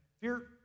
Fear